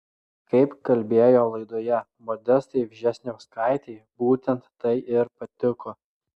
kaip kalbėjo laidoje modestai vžesniauskaitei būtent tai ir patiko